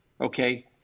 Okay